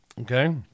Okay